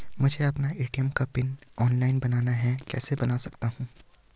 मुझे अपना ए.टी.एम का पिन ऑनलाइन बनाना है कैसे बन सकता है?